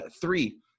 Three